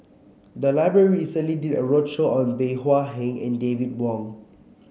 the library recently did a roadshow on Bey Hua Heng and David Wong